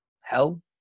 hell